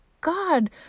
God